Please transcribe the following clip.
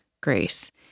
grace